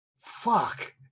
fuck